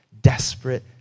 desperate